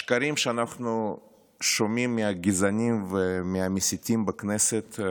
השקרים שאנחנו שומעים מהגזענים ומהמסיתים בכנסת,